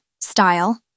style